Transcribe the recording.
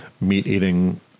meat-eating